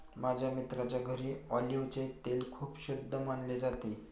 माझ्या मित्राच्या घरी ऑलिव्हचे तेल खूप शुद्ध मानले जाते